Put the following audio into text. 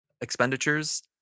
expenditures